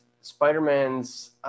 Spider-Man's